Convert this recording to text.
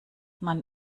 man